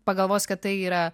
pagalvos kad tai yra